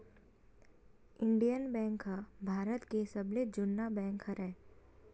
Indian Bank ह भारत के सबले जुन्ना बेंक हरय